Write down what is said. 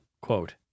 quote